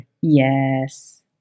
Yes